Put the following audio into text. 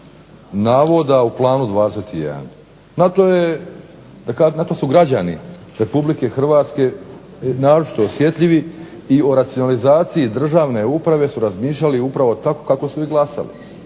navoda u planu 21. Na to su građani Republike Hrvatske naročito osjetljivi i o racionalizaciji državne uprave su razmišljati upravo tako kako su i glasali.